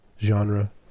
Genre